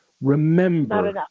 Remember